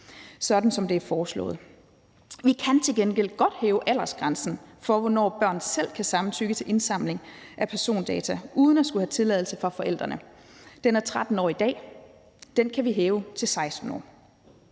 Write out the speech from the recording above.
sådan som det er foreslået. Vi kan til gengæld godt hæve aldersgrænsen for, hvornår børn selv kan samtykke til indsamling af persondata uden at skulle have tilladelse fra forældrene. Den er på 13 år i dag, og den kan vi hæve til 16 år.